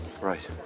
Right